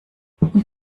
und